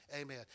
amen